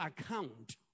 account